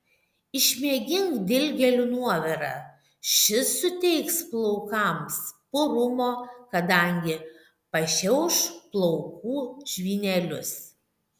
išmėgink dilgėlių nuovirą šis suteiks plaukams purumo kadangi pašiauš plaukų žvynelius